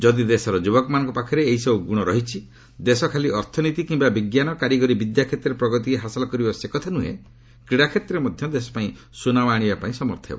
ଯଦି ଦେଶର ଯୁବକମାନଙ୍କ ପାଖରେ ଏହିସବୁ ଗୁଣ ରହିଛି ଦେଶ ଖାଲି ଅର୍ଥନୀତି କିମ୍ବା ବିଜ୍ଞାନ କାରିଗରି ବିଦ୍ୟାରେ ପ୍ରଗତି ହାସଲ କରିବ ସେକଥା ନୁହେଁ କ୍ରୀଡ଼ା କ୍ଷେତ୍ରରେ ମଧ୍ୟ ଦେଶପାଇଁ ସୁନାମ ଆଣିବାପାଇଁ ସମର୍ଥ ହେବ